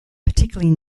particularly